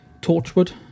Torchwood